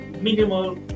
minimal